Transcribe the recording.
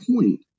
point